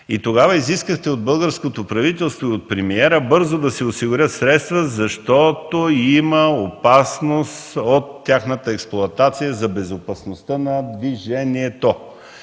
И тогава изискахте от българското правителство и от премиера бързо да се осигурят средства, защото има опасност при тяхната експлоатация за безопасността на движението